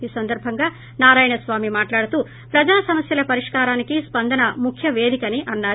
ఈ సందర్భంగా నారాయణస్వామి పూట్లాడుతూ ప్రజా సమస్యల పరిష్కారానికి స్సందన ముక్క పేదిక తని అన్నారు